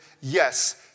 Yes